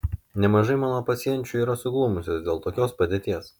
nemažai mano pacienčių yra suglumusios dėl tokios padėties